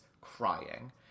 crying